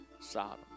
Sodom